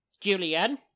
Julian